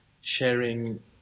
sharing